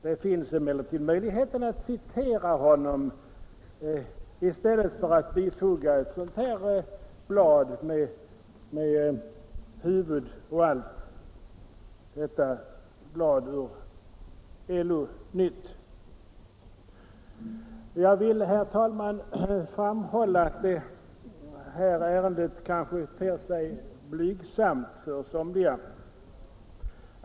Då finns emellertid möjligheten att citera honom i stället för att bifoga ett blad ur LO-nytt med huvud och allt. Det här ärendet kanske ter sig blygsamt för somliga.